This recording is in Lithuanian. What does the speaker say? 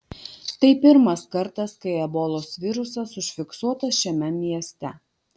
tai pirmas kartas kai ebolos virusas užfiksuotas šiame mieste